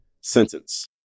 sentence